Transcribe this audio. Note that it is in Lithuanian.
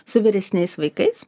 su vyresniais vaikais